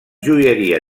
joieria